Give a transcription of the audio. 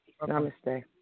Namaste